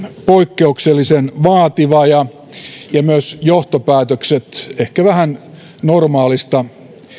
poikkeuksellisen vaativa ja ja myös johtopäätökset ehkä vähän normaalista